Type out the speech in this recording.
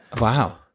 Wow